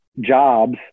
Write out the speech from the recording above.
jobs